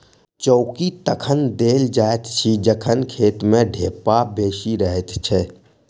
चौकी तखन देल जाइत अछि जखन खेत मे ढेपा बेसी रहैत छै